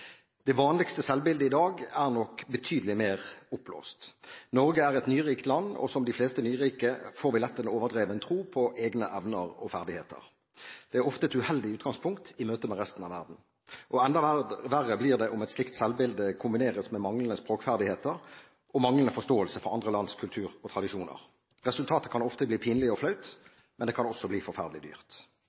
Det vanligste selvbilde i dag er nok betydelig mer oppblåst. Norge er et nyrikt land, og som de fleste nyrike får vi lett en overdreven tro på egne evner og ferdigheter. Det er ofte et uheldig utgangspunkt i møte med resten av verden. Enda verre blir det om et slikt selvbilde kombineres med manglende språkferdigheter og manglende forståelse for andre lands kultur og tradisjoner. Resultatet kan ofte bli pinlig og flaut, men det kan også bli forferdelig dyrt.